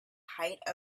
height